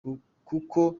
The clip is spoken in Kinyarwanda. kuko